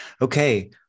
Okay